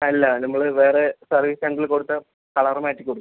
അല്ല നമ്മൾ വേറെ സർവീസ് സെൻ്ററിൽ കൊടുത്താൽ കളർ മാറ്റി കൊടുക്കും